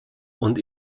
und